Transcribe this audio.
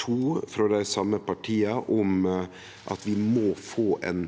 2, frå dei same partia, om at vi må få til ein